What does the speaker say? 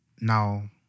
now